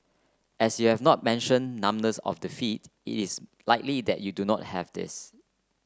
as you have not mentioned numbness of the feet is likely that you do not have this